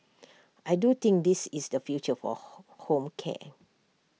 I do think this is the future for home care